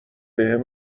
بهم